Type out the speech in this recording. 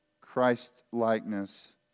Christ-likeness